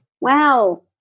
Wow